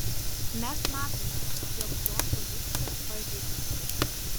mes matome jog zondo lukštas pažeistas